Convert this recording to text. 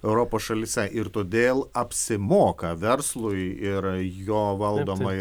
europos šalyse ir todėl apsimoka verslui ir jo valdomai